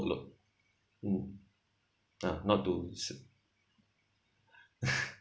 mm ah not to